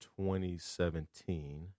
2017